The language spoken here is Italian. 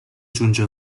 giunge